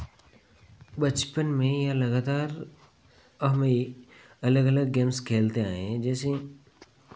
बचपन में यह लगातार हमें अलग अलग गेम्स खेलते रहें हैं जिससे